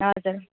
हजुर